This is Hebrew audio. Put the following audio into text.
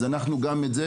אז גם זה,